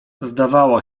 zdawało